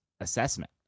assessment